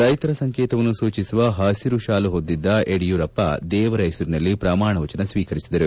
ರೈತರ ಸಂಕೇತವನ್ನು ಸೂಚಿಸುವ ಹಸಿರು ತಾಲು ಹೊದಿದ್ದ ಯಡಿಯೂರಪ್ಪ ದೇವರ ಹೆಸರಿನಲ್ಲಿ ಪ್ರಮಾಣವಚನ ಸ್ವೀಕರಿಸಿದರು